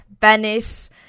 Venice